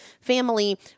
family